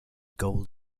gold